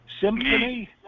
Symphony